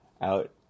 out